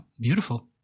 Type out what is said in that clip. beautiful